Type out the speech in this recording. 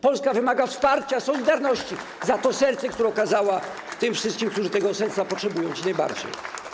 Polska wymaga wsparcia, solidarności za to serce, które okazała tym wszystkim, którzy tego serca potrzebują dziś najbardziej.